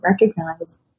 recognize